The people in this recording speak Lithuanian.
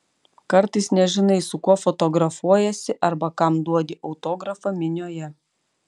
kartais nežinai su kuo fotografuojiesi arba kam duodi autografą minioje